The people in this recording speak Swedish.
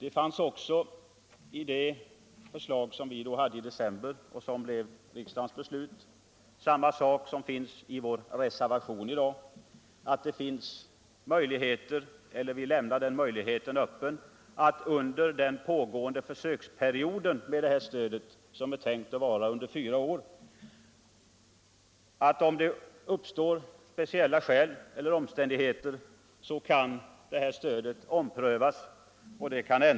I utskottsbetänkandet över den proposition som vi behandlade i december förra året framhölls att det borde vara möjligt att under den pågående fyraåriga försöksperioden ompröva och ändra stödet, om speciella omständigheter skulle påkalla det.